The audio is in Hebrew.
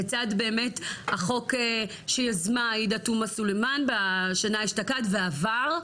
לצד באמת החוק שיזמה עאידה תומא סלימאן שהשתקמה ועבר,